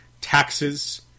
taxes